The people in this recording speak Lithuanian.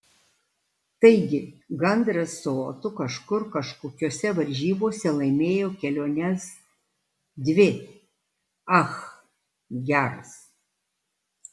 taigi gandras su otu kažkur kažkokiose varžybose laimėjo keliones dvi ach geras